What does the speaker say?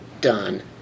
done